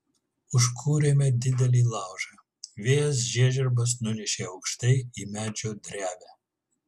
užkūrėme didelį laužą vėjas žiežirbas nunešė aukštai į medžio drevę